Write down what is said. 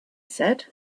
said